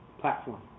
platform